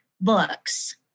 books